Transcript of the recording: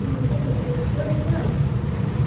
خٲرٕے چھِ حظ